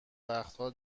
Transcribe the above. وقتها